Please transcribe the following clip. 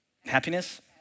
Happiness